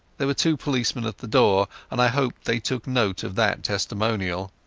there were two policemen at the door, and i hoped they took note of that testimonial.